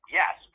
yes